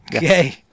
Yay